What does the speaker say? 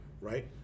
right